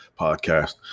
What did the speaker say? podcast